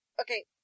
Okay